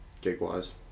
gig-wise